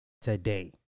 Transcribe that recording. today